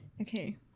Okay